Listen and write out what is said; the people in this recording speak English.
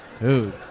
Dude